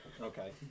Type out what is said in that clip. Okay